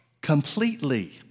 completely